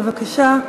בבקשה.